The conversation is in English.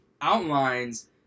outlines